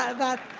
ah that